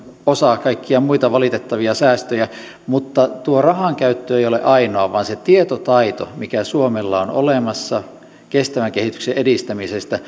osa kaikkia muita valitettavia säästöjä mutta tuo rahankäyttö ei ole ainoa vaan tärkeää on se tietotaito mikä suomella on olemassa kestävän kehityksen edistämisestä